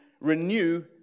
renew